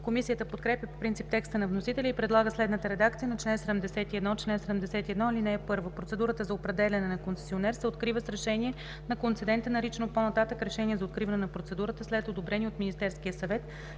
Комисията подкрепя по принцип текста на вносителя и предлага следната редакция на чл. 71: „Чл. 71. (1) Процедурата за определяне на концесионер се открива с решение на концедента, наричано по-нататък „решение за откриване на процедурата“ след одобрение от Министерския съвет,